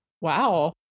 Wow